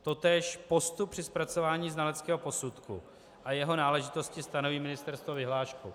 Totéž postup při zpracování znaleckého posudky a jeho náležitosti stanoví ministerstvo vyhláškou.